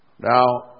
Now